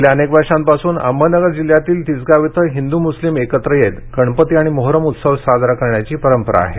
गेल्या अनेक वर्षांपासून अहमदनगर जिल्ह्यातील तिसगाव इथं हिंदू मुस्लिम एकत्र येत गणपती आणि मोहरम उत्सव साजरा करण्याची परंपरा आहे